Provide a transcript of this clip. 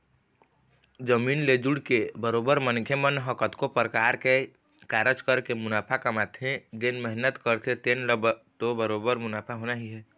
जमीन ले जुड़के बरोबर मनखे मन ह कतको परकार के कारज करके मुनाफा कमाथे जेन मेहनत करथे तेन ल तो बरोबर मुनाफा होना ही हे